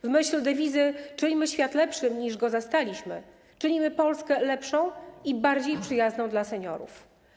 W myśl dewizy: czyńmy świat lepszym, niż go zastaliśmy, czynimy Polskę lepszą i bardziej przyjazną dla seniorów.